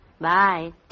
Bye